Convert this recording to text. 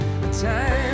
time